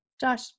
Josh